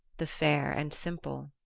the fair and simple.